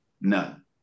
None